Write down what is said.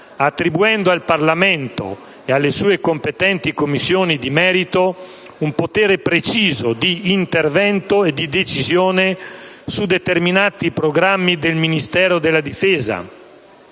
attribuendo al Parlamento e alle sue competenti Commissioni di merito un potere preciso di intervento e di decisione su determinati programmi del Ministero della difesa,